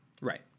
Right